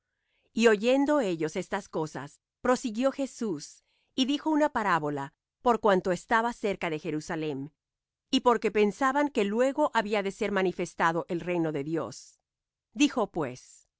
y oyendo ellos estas cosas prosiguió jesús y dijo una parábola por cuanto estaba cerca de jerusalem y porque pensaban que luego había de ser manifestado el reino de dios dijo pues un